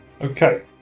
Okay